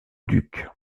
duc